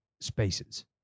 spaces